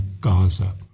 Gaza